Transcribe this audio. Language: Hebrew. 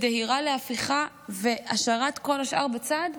דהירה להפיכה והשארת כל השאר בצד?